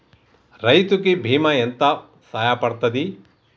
రైతు కి బీమా ఎంత సాయపడ్తది?